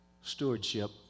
stewardship